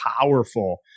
powerful